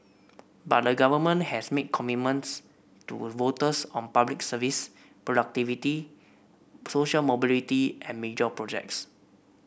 but the government has made commitments to voters on Public Services productivity social mobility and major projects